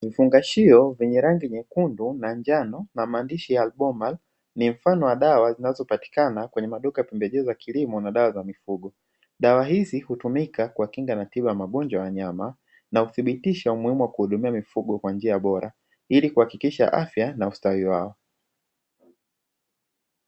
Vifungashio vyenye rangi nyekundu na njano na maandishi ya "Albomar" ni mfano wa dawa zinazopatikana kwenye maduka ya pembejeo za kilimo na dawa za mifugo, dawa hizi hutumika kuwakinga na tiba ya magonjwa ya wanyama na uthibitisha umuhimu wa kuhudumia mifugo kwa njia bora ili kuhakikisha afya na ustawi wao.